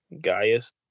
Gaius